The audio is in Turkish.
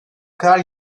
kadar